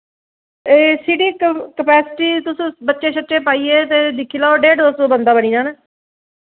एह् seating capacity तुस बच्चे शच्चे पाइये ते दिक्खी लैओ डेढ दो सो बंदा बनी जाना